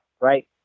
right